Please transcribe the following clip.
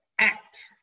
Act